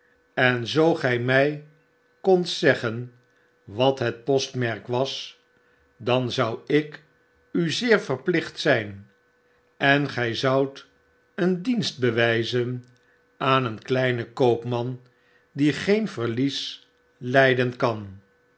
en zoo gij my kondt zeggen wat het postmerk was dan zou ik u zeer verplicht zgn en gjj zoudt een dienst bewjjzen aan een kleinen koopman die geen verlies lgden kan